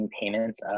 payments